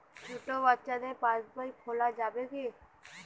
ছোট বাচ্চাদের পাশবই খোলা যাবে কি?